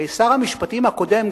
הרי שר המשפטים הקודם,